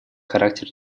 характер